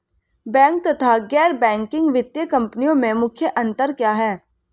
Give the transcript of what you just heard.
Bank तथा गैर banking वित्तीय कंपनियों में मुख्य अंतर क्या है?